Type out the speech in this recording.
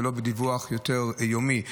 ולא בדיווח יומי,